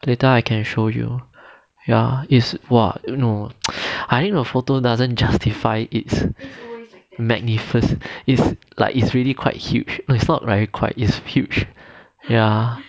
later I can show you ya is what you know I thinkthe photo doesn't justify its magnificent is like it's really quite huge it's not right quite is huge ya